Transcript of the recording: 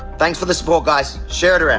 thanks for the support guys, share it around.